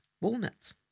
walnuts